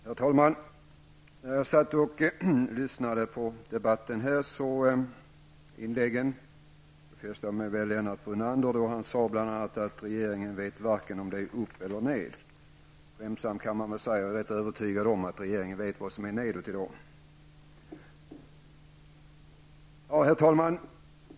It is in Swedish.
Herr talman! När jag satt och lyssnade på debattinläggen här hörde jag Lennart Brunander säga att regeringen inte vet vad som är upp och eller ned. Låt mig skämtsamt säga att jag är övertygad om att regeringen i dag vet vad som är nedåt.